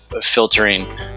filtering